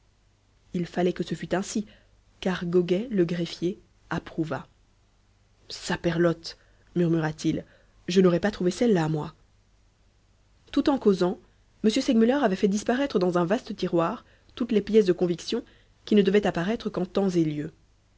il fallait que ce fût ainsi car goguet le greffier approuva saperlote murmura-t-il je n'aurais pas trouvé celle-là moi tout en causant m segmuller avait fait disparaître dans un vaste tiroir toutes les pièces de conviction qui ne devaient apparaître qu'en temps et lieu